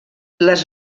les